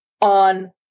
on